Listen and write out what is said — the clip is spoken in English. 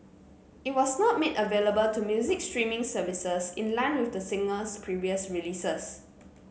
it was not made available to music streaming services in line with the singer's previous releases